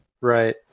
Right